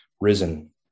risen